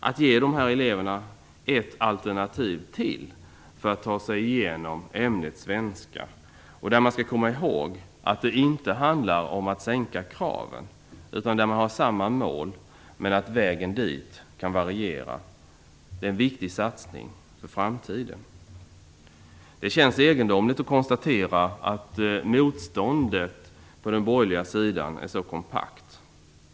Att ge dessa elever ännu ett alternativ för att ta sig igenom ämnet svenska är en viktig satsning för framtiden, och man skall komma ihåg att det inte handlar om att sänka kraven; man har samma mål, men vägen dit kan variera. Det känns egendomligt att konstatera att motståndet på den borgerliga sidan är så kompakt.